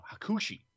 Hakushi